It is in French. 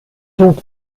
donc